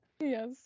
Yes